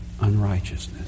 unrighteousness